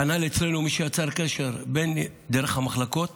כנ"ל אצלנו, מי שיצר קשר, אם זה דרך המחלקות